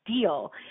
deal